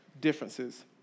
differences